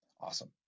Awesome